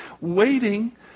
waiting